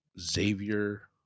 Xavier